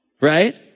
right